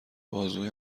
بازوی